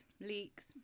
leeks